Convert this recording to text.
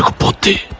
ah party